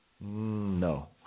No